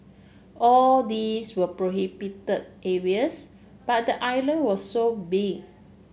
all these were prohibited areas but the island was so big